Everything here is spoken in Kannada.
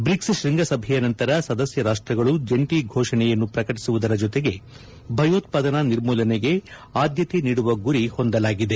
ಬ್ರಿಕ್ಸ್ ಶೃಂಗಸಭೆಯ ನಂತರ ಸದಸ್ಯ ರಾಷ್ಟಗಳು ಜಂಟಿ ಘೋಷಣೆಯನ್ನು ಪ್ರಕಟಿಸುವುದರ ಜೊತೆಗೆ ಭಯೋತ್ಪಾದನಾ ನಿರ್ಮೂಲನೆಗೆ ಆದ್ದತೆ ನೀಡುವ ಗುರಿ ಹೊಂದಲಾಗಿದೆ